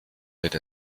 wird